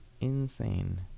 insane